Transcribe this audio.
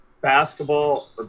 Basketball